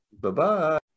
Bye-bye